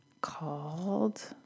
called